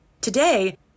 Today